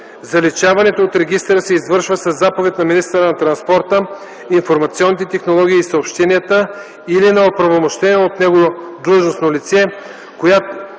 Заличаването от регистъра се извършва със заповед на министъра на транспорта, информационните технологии и съобщенията или на оправомощено от него длъжностно лице,